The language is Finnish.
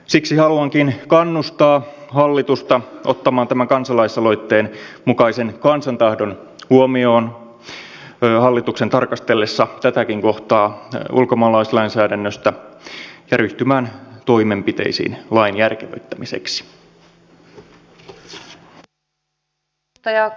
siksi haluankin kannustaa hallitusta ottamaan tämän kansalaisaloitteen mukaisen kansan tahdon huomioon hallituksen tarkastellessa tätäkin kohtaa ulkomaalaislainsäädännöstä ja ryhtymään toimenpiteisiin lain järkevöittämiseksi